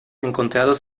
encontrados